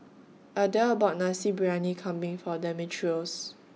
Adelle bought Nasi Briyani Kambing For Demetrios